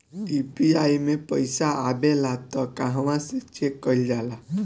UPI मे पइसा आबेला त कहवा से चेक कईल जाला?